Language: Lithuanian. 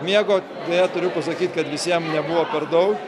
miego deja turiu pasakyt kad visiem nebuvo per dau